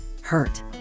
hurt